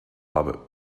habe